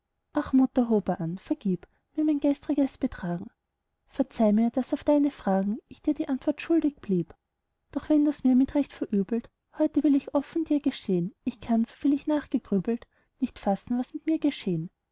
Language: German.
ach mutter hob er an vergib mir nur mein gestriges betragen verzeih mir daß auf deine fragen ich dir die antwort schuldig blieb doch wenn du mir's mit recht verübelt heut will ich offen dir gestehn ich kann so viel ich nachgegrübelt nicht fassen was mit mir geschehn